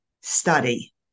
study